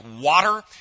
water